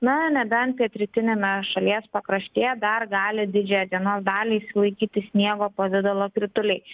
na nebent pietrytiniame šalies pakraštyje dar gali didžiąją dienos dalį išsilaikyti sniego pavidalo krituliai